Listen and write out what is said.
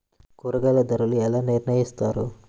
కూరగాయల ధరలు ఎలా నిర్ణయిస్తారు?